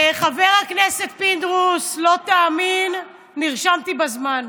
חבר הכנסת פינדרוס, לא תאמין, נרשמתי בזמן.